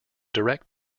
direct